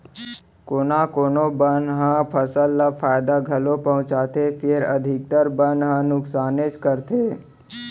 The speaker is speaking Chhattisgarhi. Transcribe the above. कोना कोनो बन ह फसल ल फायदा घलौ पहुँचाथे फेर अधिकतर बन ह नुकसानेच करथे